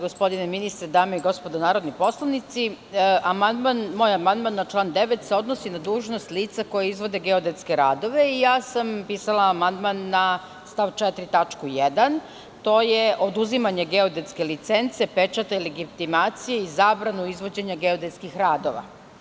Gospodine ministre, dame i gospodo narodni poslanici, moj amandman na član 9. se odnosi na dužnost lica koja izvode geodetske radove, i ja sam pisala amandman na stav 4. tačku 1. To je oduzimanje geodetske licence, pečata ili legitimacije i zabranu izvođenja geodetskih radova.